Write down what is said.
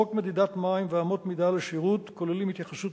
חוק מדידת מים ואמות המידה לשירות כוללים התייחסות